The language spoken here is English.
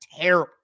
terrible